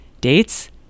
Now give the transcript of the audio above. Dates